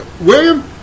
William